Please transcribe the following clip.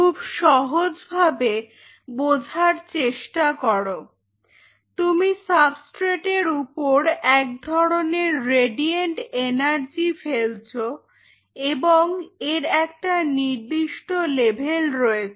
খুব সহজ ভাবে বোঝার চেষ্টা করো তুমি সাবস্ট্রেট এর উপর এক ধরনের রেডিয়েন্ট এনার্জি ফেলছো এবং এর একটা নির্দিষ্ট লেভেল রয়েছে